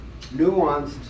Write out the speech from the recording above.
nuanced